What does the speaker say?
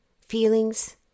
feelings